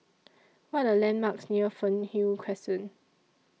What Are The landmarks near Fernhill Crescent